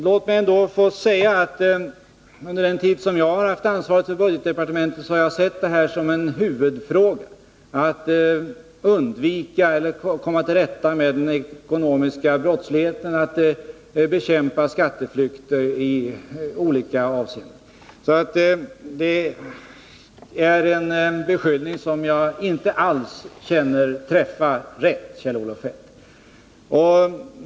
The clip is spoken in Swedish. Låt mig ändå få säga att under den tid som jag har haft ansvaret för budgetdepartementet har jag sett det som en huvudfråga att komma till rätta med den ekonomiska brottsligheten och bekämpa skatteflykt i olika avseenden. Jag känner inte alls att Kjell-Olof Feldts beskyllning träffar rätt.